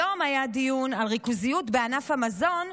היום היה דיון על ריכוזיות בענף המזון,